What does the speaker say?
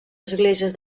esglésies